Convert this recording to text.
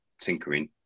tinkering